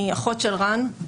אני אחות של רן.